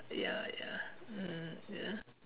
ya ya mm ya